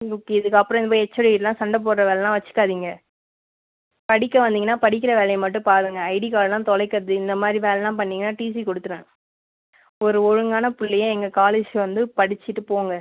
ம் ஓகே இதுக்கு அப்புறம் இந்த மாரி ஹெச்ஓடிகிட்டலாம் சண்டை போடுகிற வேலைலாம் வச்சுக்காதீங்க படிக்க வந்திங்கன்னா படிக்கிற வேலையே மட்டும் பாருங்கள் ஐடி கார்ட்டுலாம் தொலைக்கிறது இந்த மாதிரி வேலைல்லாம் பண்ணிங்கனா டீசி கொடுத்துருவேன் ஒரு ஒழுங்கான பிள்ளையா எங்கள் காலேஜ் வந்து படிச்சிட்டு போங்க